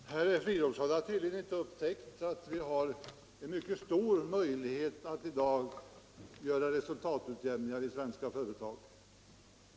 Fru talman! Herr Fridolfsson har tydligen inte upptäckt att vi har en mycket stor möjlighet att i dag göra resultatutjämningar i svenska företag.